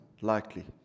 likely